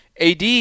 AD